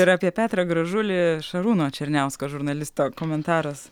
ir apie petrą gražulį šarūno černiausko žurnalisto komentaras